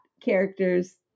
character's